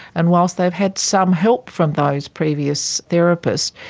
and whilst they've had some help from those previous therapists,